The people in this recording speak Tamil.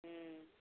ம்